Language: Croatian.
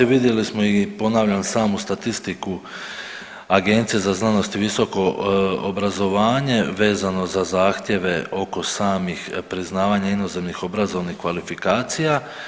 Vidjeli smo i ponavljam samu statistiku Agencije za znanost i visoko obrazovanje, vezano za zahtjeve oko samih priznavanja inozemnih obrazovnih kvalifikacija.